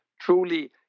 truly